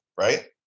Right